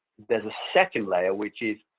there's a second layer, which is,